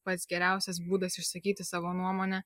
pats geriausias būdas išsakyti savo nuomonę